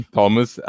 Thomas